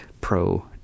pro